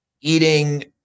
eating